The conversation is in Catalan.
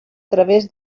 través